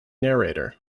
narrator